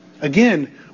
Again